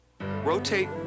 Rotate